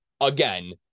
again